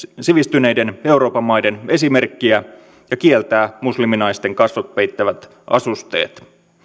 sivistyneiden euroopan maiden esimerkkiä ja kieltää musliminaisten kasvot peittävät asusteet